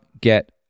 get